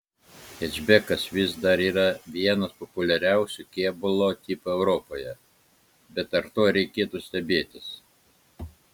hečbekas vis dar yra vienas populiariausių kėbulo tipų europoje bet ar tuo reikėtų stebėtis